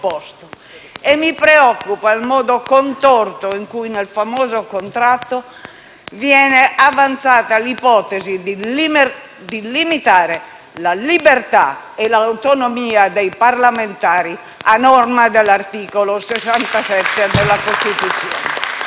e mi preoccupa il modo contorto in cui, nel famoso contratto, viene avanzata l'ipotesi di limitare la libertà e l'autonomia dei parlamentari a norma dell'articolo 67 della Costituzione.